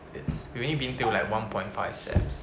it's maybe been till like one point five sem's